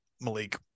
Malik